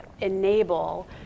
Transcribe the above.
enable